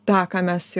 tą ką mes